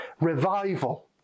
revival